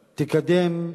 תקדם,